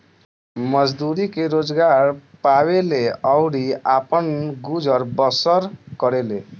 मजदूरी के रोजगार पावेले अउरी आपन गुजर बसर करेले